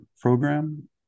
program